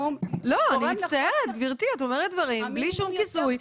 אני מצטערת גברתי, את אומרת דברים בלי שום כיסוי.